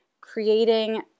creating